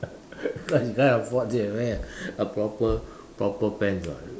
it's like you can't afford to wear a proper proper pants [what]